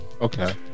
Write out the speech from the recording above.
Okay